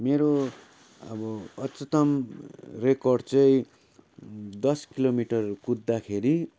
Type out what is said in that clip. मेरो अब अच्युतम रेकर्ड चाहिँ दस किलोमिटर कुद्दाखेरि